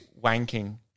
wanking